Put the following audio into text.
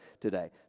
today